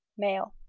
male.